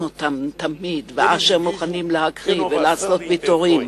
אותם תמיד ואשר מוכנים להקריב ולעשות ויתורים.